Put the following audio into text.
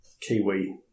kiwi